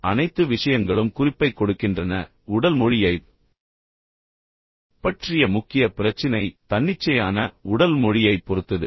எனவே அனைத்து விஷயங்களும் குறிப்பைக் கொடுக்கின்றன எனவே உடல் மொழியைப் பற்றிய முக்கிய பிரச்சினை தன்னிச்சையான உடல் மொழியைப் பொறுத்தது